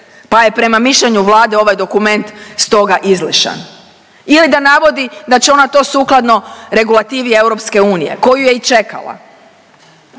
pa je prema mišljenju Vlade ovaj dokument stoga izlišan ili da navodi da će ona to sukladno regulativi EU koju je i čekala.